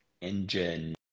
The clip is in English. engine